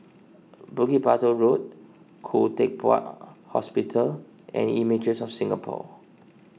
Bukit Batok Road Khoo Teck Puat Hospital and Images of Singapore